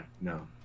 no